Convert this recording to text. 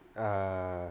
err